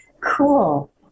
Cool